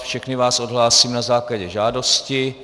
Všechny vás odhlásím na základě žádosti.